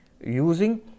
using